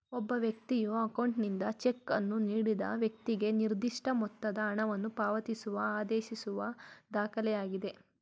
ಒಬ್ಬ ವ್ಯಕ್ತಿಯ ಅಕೌಂಟ್ನಿಂದ ಚೆಕ್ ಅನ್ನು ನೀಡಿದ ವೈಕ್ತಿಗೆ ನಿರ್ದಿಷ್ಟ ಮೊತ್ತದ ಹಣವನ್ನು ಪಾವತಿಸುವ ಆದೇಶಿಸುವ ದಾಖಲೆಯಾಗಿದೆ